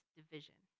division